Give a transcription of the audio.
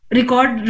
record